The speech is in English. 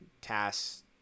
tasks